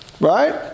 Right